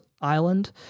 Island